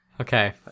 Okay